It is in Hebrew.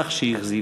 מהלך שהכזיב.